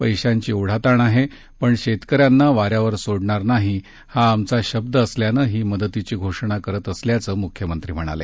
पैशाची ओढाताण आहे पण शेतकऱ्यांना वाऱ्यावर सोडणार नाही हा आमचा शब्द असल्यानं ही मदतीची घोषणा करत असल्याचं मुख्यमंत्री म्हणाले